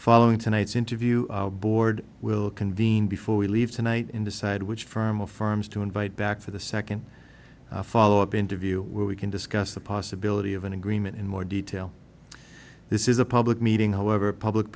following tonight's interview board will convene before we leave tonight in the side which firm affirms to invite back for the second follow up interview where we can discuss the possibility of an agreement in more detail this is a public meeting however public